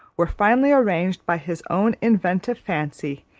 were finally arranged by his own inventive fancy,